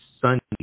Sunday